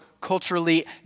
culturally